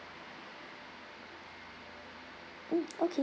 mm okay